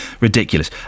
ridiculous